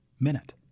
minute